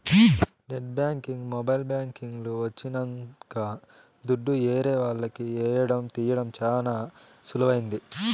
net banking mobile banking లు వచ్చినంక దుడ్డు ఏరే వాళ్లకి ఏయడం తీయడం చానా సులువైంది